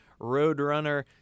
roadrunner